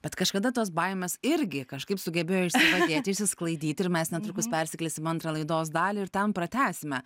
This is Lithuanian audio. bet kažkada tos baimės irgi kažkaip sugebėjo išsižadėti išsisklaidyti ir mes netrukus persikelsim į antrą laidos dalį ir ten pratęsime